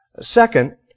Second